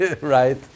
Right